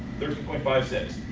thirteen point five six.